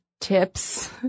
tips